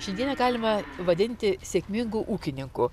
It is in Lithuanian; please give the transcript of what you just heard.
šiandien galima vadinti sėkmingu ūkininku